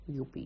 UP